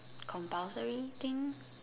compulsory thing